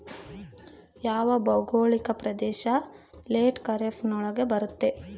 ಯಾವ ಭೌಗೋಳಿಕ ಪ್ರದೇಶ ಲೇಟ್ ಖಾರೇಫ್ ನೊಳಗ ಬರುತ್ತೆ?